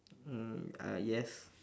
um uh yes